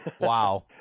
Wow